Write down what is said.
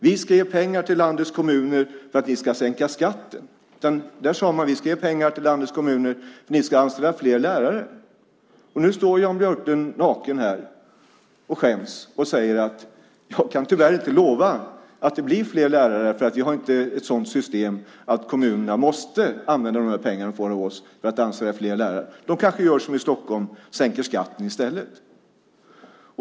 Vi ska ge pengar till landets kommuner för att de ska sänka skatten. Där sade man: Vi ska ge pengar till landets kommuner för att de ska anställa fler lärare. Nu står Jan Björklund naken här och skäms och säger: Jag kan tyvärr inte lova att det blir fler lärare för vi har inte ett sådant system att kommunerna måste använda de pengar de får av oss för att anställa fler lärare. De kanske gör som i Stockholm, sänker skatten i stället.